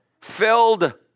Filled